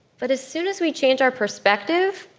but as soon as we change our perspective,